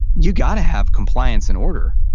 you gotta have compliance and order.